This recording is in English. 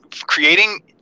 creating